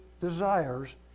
desires